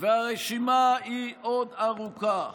והרשימה היא ארוכה.